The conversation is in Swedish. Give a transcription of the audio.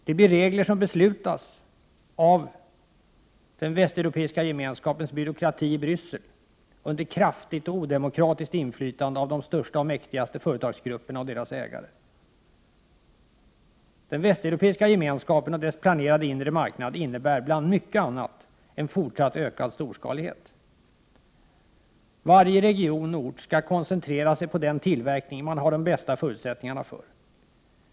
Det blir regler som beslutas av den västeuropeiska gemenskapens byråkrati i Bryssel under kraftigt och odemokratiskt inflytande av de största och mäktigaste företagsgrupperna och deras ägare. Den västeuropeiska gemenskapen och dess planerade inre marknad innebär bland mycket annat en fortsatt ökad storskalighet. Varje region och ort skall koncentrera sig på den tillverkning man har de bästa förutsättningarna för.